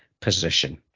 position